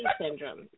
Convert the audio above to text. syndrome